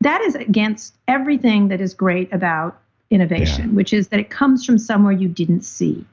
that is against everything that is great about innovation, which is that it comes from somewhere you didn't see